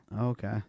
Okay